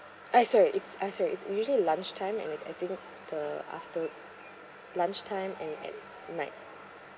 ah sorry it's ah sorry it's usually lunchtime and I I think the after lunchtime and at night